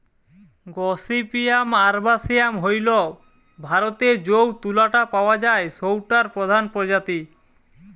gossypium arboreum হইল ভারতরে যৌ তুলা টা পাওয়া যায় সৌটার প্রধান প্রজাতি